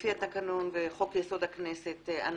לפי התקנון וחוק יסוד: הכנסת,